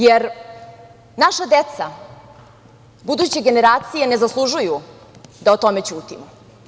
Jer, naša deca, buduće generacije ne zaslužuju da o tome ćutimo.